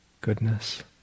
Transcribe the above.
goodness